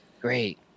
Great